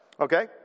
Okay